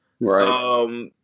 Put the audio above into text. Right